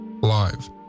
live